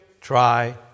try